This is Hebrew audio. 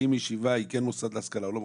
האם ישיבה היא כן מוסד להשכלה או לא,